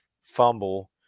fumble